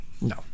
No